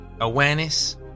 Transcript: awareness